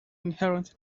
inherent